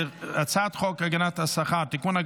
הצעת חוק הגנת השכר (תיקון,